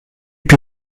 piú